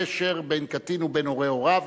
(קשר בין קטין ובין הורי הוריו),